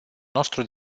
nostru